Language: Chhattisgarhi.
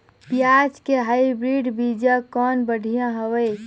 पियाज के हाईब्रिड बीजा कौन बढ़िया हवय?